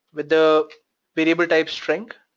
with the variable type string,